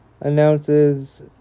announces